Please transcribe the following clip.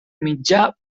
mitjà